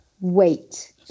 wait